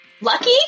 Lucky